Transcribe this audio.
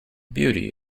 beauty